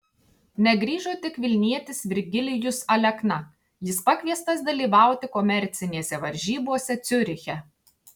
negrįžo tik vilnietis virgilijus alekna jis pakviestas dalyvauti komercinėse varžybose ciuriche